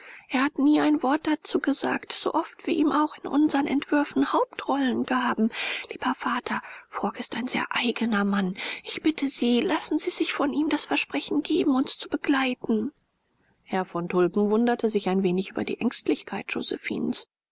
er hat nie ein wort dazu gesagt so oft wir ihm auch in unsern entwürfen hauptrollen gaben lieber vater frock ist ein sehr eigener mann ich bitte sie lassen sie sich von ihm das versprechen geben uns zu begleiten herr von tulpen wunderte sich ein wenig über die ängstlichkeit